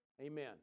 Amen